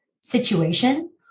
situation